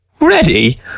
Ready